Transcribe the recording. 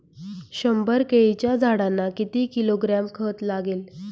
शंभर केळीच्या झाडांना किती किलोग्रॅम खत लागेल?